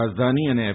રાજધાની અને એફ